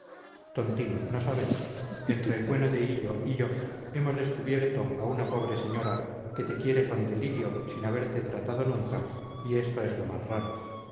tontín no sabes entre el bueno de hillo y yo hemos descubierto a una pobre señora que te quiere con delirio sin haberte tratado nunca y esto es lo más raro